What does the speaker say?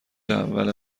اول